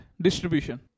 distribution